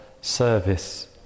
service